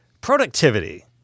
Productivity